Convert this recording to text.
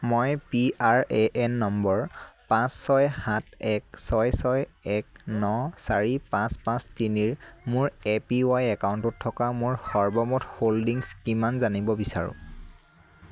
মই P R A N number পাঁচ ছয় সাত এক ছয় ছয় এক ন চাৰি পাঁচ পাঁচ তিনিৰ মোৰ এ পি ৱাই একাউণ্টটোত থকা মোৰ সৰ্বমুঠ হোল্ডিংছ কিমান জানিব বিচাৰোঁ